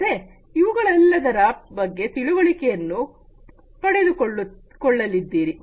ಮತ್ತೆ ಇವುಗಳೆಲ್ಲದರ ಬಗ್ಗೆ ತಿಳುವಳಿಕೆಯನ್ನು ಪಡೆದುಕೊಳ್ಳಲಿದ್ದೀರಿ